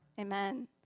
Amen